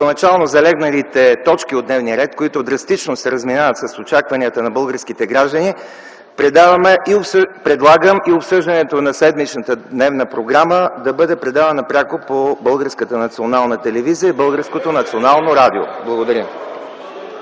първоначално залегналите точки от дневния ред, които драстично се разминават с очакванията на българските граждани, предлагаме и обсъждането на седмичната програма да бъде предавана пряко по Българската